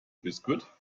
biscuit